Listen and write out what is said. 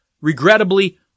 regrettably